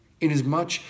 inasmuch